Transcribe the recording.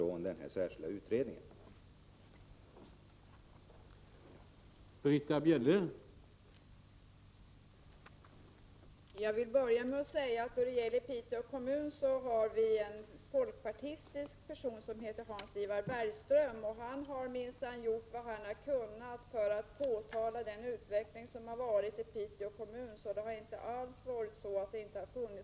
1985/86:61